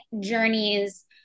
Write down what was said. journeys